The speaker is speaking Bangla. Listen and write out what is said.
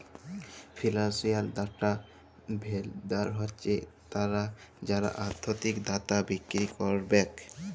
ফিলালসিয়াল ডাটা ভেলডার হছে তারা যারা আথ্থিক ডাটা বিক্কিরি ক্যারবেক